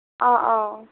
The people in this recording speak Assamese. অঁ অঁ